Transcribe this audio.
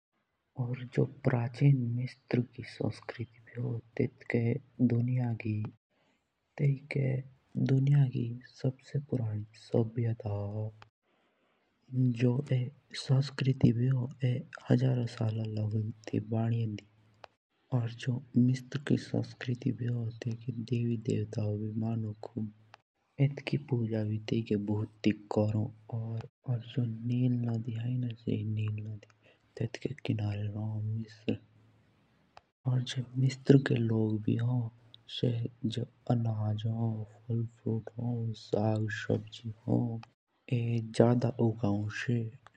अर जो मिस्र की संस्कृति भी होन तो तेइके सबसे पुरानी सभ्यता होन। जो ये संस्कृति भी हो ये हजारो साल की भजियेन्दी हो। तेइके की संस्कृति भी हो तेइके देवी देवतक भी भूत माणो अर जो नील नदी हंडना तेत्तके किनारे र्होन ये मिस्र। अर जो मिस्र के लोग होइना ये अनाज फल फुरुत सब्जी ये भुते ओगाओन।